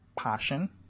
passion